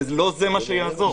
זה לא מה שיעזור.